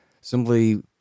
simply